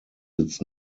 its